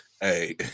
Hey